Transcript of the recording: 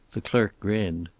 the clerk grinned.